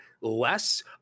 less